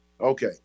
Okay